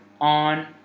on